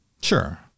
Sure